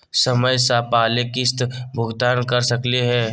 समय स पहले किस्त भुगतान कर सकली हे?